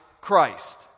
Christ